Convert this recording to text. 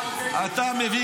אתה לא